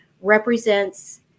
represents